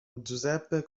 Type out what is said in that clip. giuseppe